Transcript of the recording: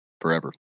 forever